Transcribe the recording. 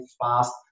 fast